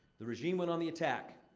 the regime went on the attack.